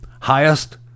highest